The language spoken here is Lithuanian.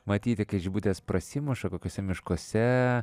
matyti kai žibutės prasimuša kokiuose miškuose